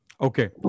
Okay